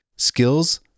Skills